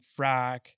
frack